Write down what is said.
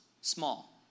small